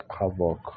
havoc